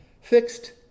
fixed